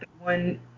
one